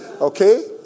Okay